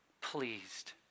pleased